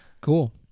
Cool